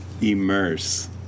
Immerse